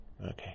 Okay